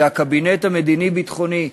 זה הקבינט המדיני-ביטחוני.